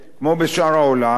כמו בשאר העולם,